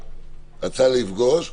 רצה לפגוש,